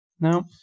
No